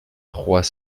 trois